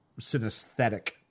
synesthetic